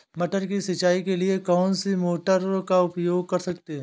मटर की सिंचाई के लिए कौन सी मोटर का उपयोग कर सकते हैं?